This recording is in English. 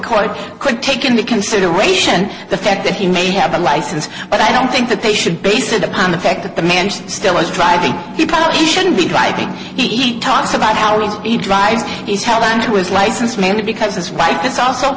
courts could take into consideration the fact that he may have a license but i don't think that they should base it on the fact that the mansion still was driving he probably shouldn't be driving eat talks about how he's a driver is held onto his license mainly because his wife is also